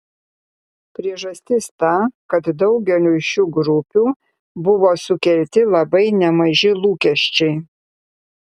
priežastis ta kad daugeliui šių grupių buvo sukelti labai nemaži lūkesčiai